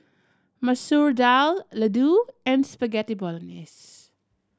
Masoor Dal Ladoo and Spaghetti Bolognese